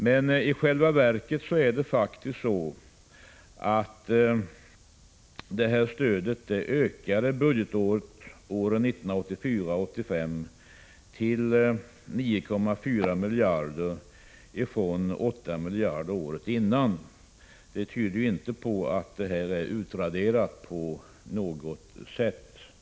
I själva verket har industristödet faktiskt ökat budgetåret 1984/85 till 9,4 miljarder från 8 miljarder året innan. Det tyder ju inte på att industristödet på något sätt är utraderat.